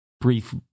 Brief